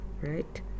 right